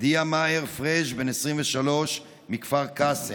דיא מאהר פריג', בן 23, מכפר קאסם,